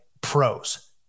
pros